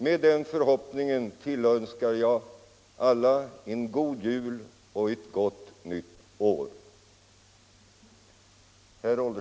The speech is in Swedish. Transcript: Med den förhoppningen tillönskar jag alla en god jul och ett gott nytt år.